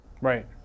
Right